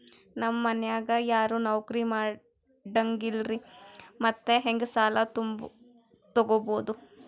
ನಮ್ ಮನ್ಯಾಗ ಯಾರೂ ನೌಕ್ರಿ ಮಾಡಂಗಿಲ್ಲ್ರಿ ಮತ್ತೆಹೆಂಗ ಸಾಲಾ ತೊಗೊಬೌದು?